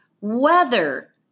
weather